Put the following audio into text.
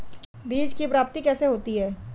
बीज की प्राप्ति कैसे होती है?